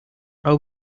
our